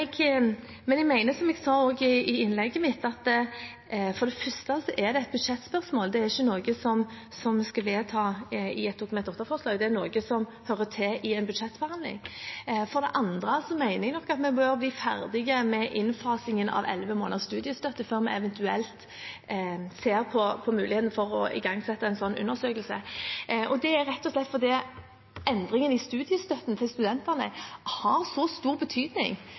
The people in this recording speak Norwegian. jeg mener, som jeg også sa i innlegget mitt, at dette for det første er et budsjettspørsmål – det er ikke noe vi skal vedta gjennom et Dokument 8-forslag, det er noe som hører til i en budsjettforhandling. For det andre mener jeg nok at vi bør bli ferdig med innfasingen av elleve måneders studiestøtte før vi eventuelt ser på muligheten for å igangsette en slik undersøkelse, rett og slett fordi endringen i studiestøtten til studentene har så stor betydning